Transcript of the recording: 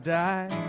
die